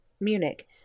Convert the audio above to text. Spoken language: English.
Munich